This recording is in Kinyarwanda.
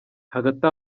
hagati